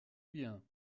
bien